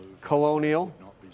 Colonial